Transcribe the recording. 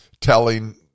telling